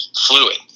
fluid